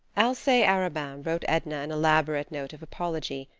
alcee arobin wrote edna an elaborate note of apology,